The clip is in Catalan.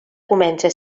comença